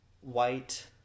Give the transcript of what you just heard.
white